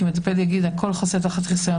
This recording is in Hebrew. כי המטפל יגיד שהכול חוסה תחת חיסיון,